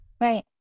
right